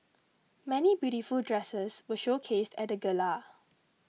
many beautiful dresses were showcased at the gala